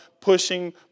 pushing